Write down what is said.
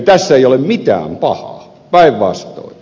tässä ei ole mitään pahaa päinvastoin